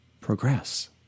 progress